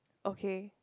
okay